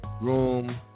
room